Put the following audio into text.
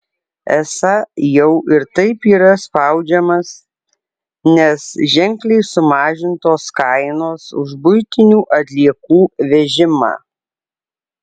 esą jau ir taip yra spaudžiamas nes ženkliai sumažintos kainos už buitinių atliekų vežimą